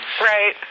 Right